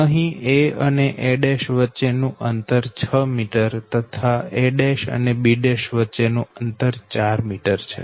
અહી a અને a' વચ્ચેનું અંતર 6 m તથા a' અને b' વચ્ચેનું અંતર 4 m છે